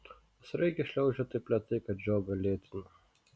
o sraigė šliaužia taip lėtai kad žiogą lėtina